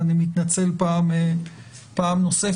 אני מתנצל פעם נוספת,